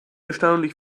erstaunlich